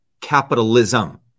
capitalism